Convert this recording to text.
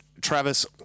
Travis